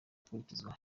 akurikizwa